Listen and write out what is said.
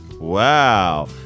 Wow